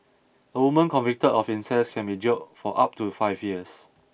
a woman convicted of incest can be jailed for up to five years